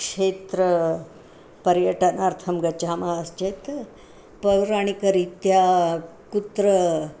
क्षेत्र पर्यटनार्थं गच्छामश्चेत् पौराणिकरीत्या कुत्र